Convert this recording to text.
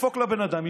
ידפוק לבן אדם,